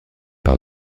par